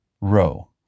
Row